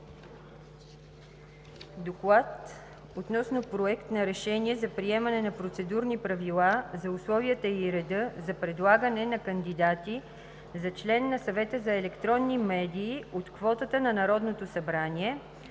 обсъди Проект на решение за приемане на Процедурни правила за условията и реда за предлагане на кандидати за член на Съвета за електронни медии от квотата на Народното събрание,